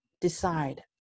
decide